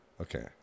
Okay